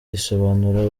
risobanura